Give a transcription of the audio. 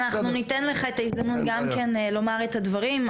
אנחנו ניתן לך את ההזדמנות גם כן לומר את הדברים,